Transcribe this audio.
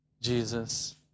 Jesus